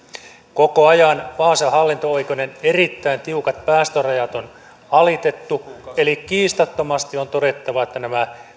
koko ajan vaasan hallinto oikeuden erittäin tiukat päästörajat on alitettu eli kiistattomasti on todettava että nämä